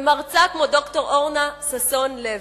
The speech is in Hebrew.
מרצה כמו ד"ר אורנה ששון-לוי,